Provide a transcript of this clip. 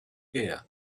pier